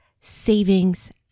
savings